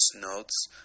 notes